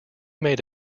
made